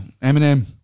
eminem